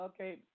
Okay